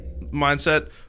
mindset